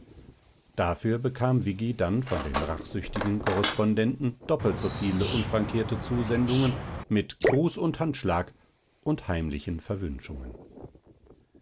dafür bekam viggi dann von den rachsüchtigen korrespondenten doppelt so viele unfrankierte zusendungen mit gruß und handschlag und heimlichen verwünschungen